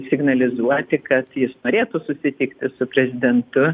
signalizuoti kad jis norėtų susitikti su prezidentu